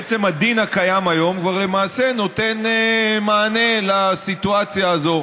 הדין הקיים היום כבר למעשה נותן מענה לסיטואציה הזאת,